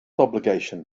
obligation